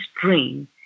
dream